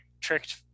tricked